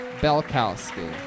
Belkowski